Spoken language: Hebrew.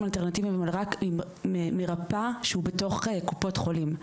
אלטרנטיביים אבל רק עם מרפא שעובד בתוך קופות חולים.